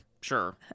Sure